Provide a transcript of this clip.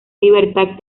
libertad